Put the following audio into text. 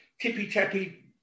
tippy-tappy